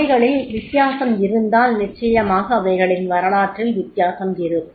அவைகளில் வித்தியாசம் இருந்தால் நிச்சயமாக அவைகளின் வரலாற்றில்வித்தியாசம் இருக்கும்